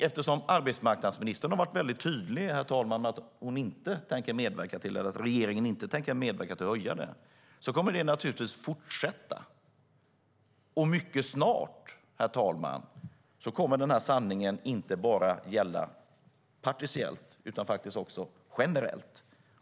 Eftersom arbetsmarknadsministern har varit mycket tydlig, herr talman, med att regeringen inte tänker medverka till att höja det kommer det naturligtvis att fortsätta. Och mycket snart, herr talman, kommer den sanningen att gälla inte bara partiellt utan faktiskt också generellt.